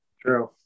true